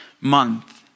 month